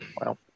wow